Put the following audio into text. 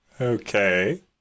Okay